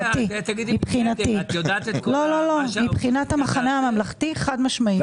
מבחינת המחנה הממלכתי, חד-משמעית.